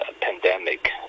pandemic